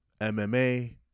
MMA